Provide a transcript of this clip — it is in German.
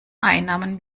einnahmen